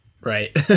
Right